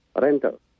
rental